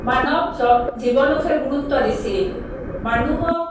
মানৱ জীৱনকহে গুৰুত্ব দিছিল মানুহক